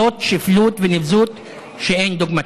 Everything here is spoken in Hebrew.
זאת שפלות ונבזות שאין דוגמתה.